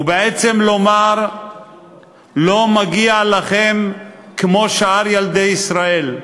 ובעצם לומר לא מגיע לכם כמו לשאר ילדי ישראל,